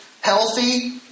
healthy